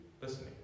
listening